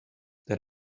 that